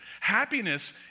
Happiness